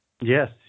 Yes